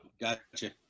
Gotcha